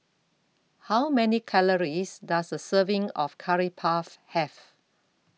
How Many Calories Does A Serving of Curry Puff Have